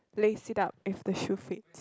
lace it up if the shoe fits